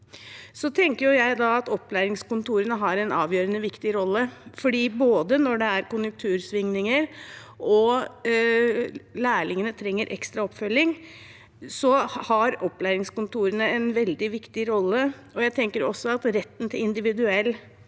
tenker jeg at opplæringskontorene har en avgjørende viktig rolle. Både når det er konjunktursvingninger, og når lærlingene trenger ekstra oppfølging, har opplæringskontorene en veldig viktig rolle. Og når det gjelder retten til individuell